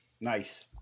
Nice